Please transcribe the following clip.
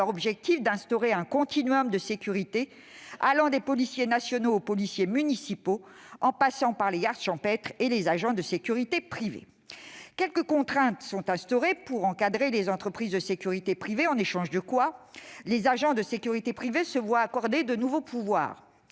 leur objectif d'instaurer un « continuum de sécurité » allant des policiers nationaux aux policiers municipaux, en passant par les gardes champêtres et les agents de sécurité privée. Quelques contraintes sont instaurées pour encadrer les entreprises de sécurité privée, en échange de quoi les agents de sécurité privée se voient accorder de nouveaux pouvoirs